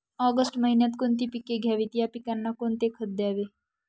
August महिन्यात कोणती पिके घ्यावीत? या पिकांना कोणते खत द्यावे?